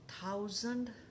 thousand